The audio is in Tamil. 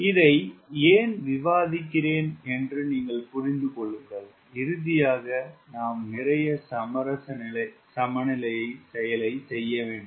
இதை ஏன் விவாதிக்கிறேன் என்று நீங்கள் புரிந்து கொள்ளுங்கள் இறுதியாக நாம் நிறைய சமரச சமநிலைச் செயலைச் செய்ய வேண்டும்